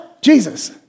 Jesus